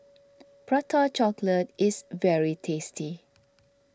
Prata Chocolate is very tasty